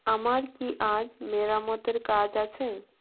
আমার কি আজ মেরামতের কাজ আছে